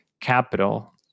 Capital